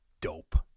Dope